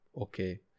okay